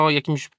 jakimś